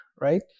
right